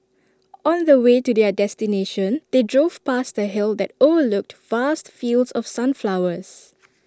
on the way to their destination they drove past A hill that overlooked vast fields of sunflowers